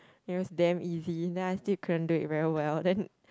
it was damn easy then I still couldn't do it very well then